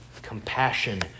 compassion